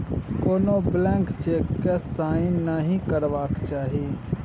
कोनो blank cheque केँ sign नहि करबाक चाही